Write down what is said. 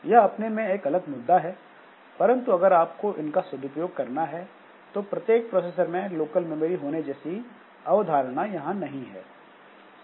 यह अपने में एक अलग मुद्दा है परंतु अगर आप इनका सदुपयोग कर सकें तो प्रत्येक प्रोसेसर में लोकल मेमोरी होने जैसी अवधारणा यहां नहीं है